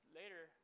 later